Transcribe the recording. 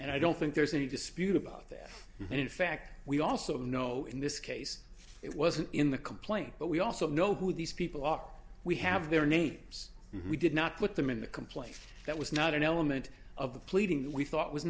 and i don't think there's any dispute about that and in fact we also know in this case it wasn't in the complaint but we also know who these people are we have their names we did not put them in the complaint that was not an element of the pleading that we thought was